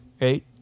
right